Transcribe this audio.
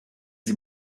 sie